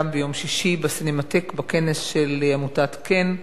וגם ביום שישי בסינמטק, בכנס של עמותת כ"ן,